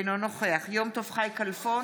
אינו נוכח יום טוב חי כלפון,